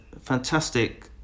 fantastic